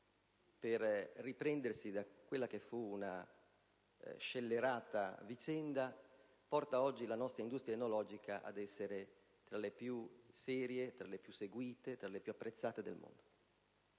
per riprendersi da quella che fu una scellerata vicenda porta oggi la nostra industria enologica ad essere tra le più serie, tra le più seguite, tra le più apprezzate del mondo.